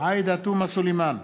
עאידה תומא סלימאן,